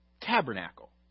tabernacle